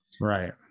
Right